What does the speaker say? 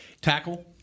Tackle